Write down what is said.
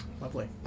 Lovely